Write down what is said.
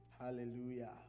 Hallelujah